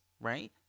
right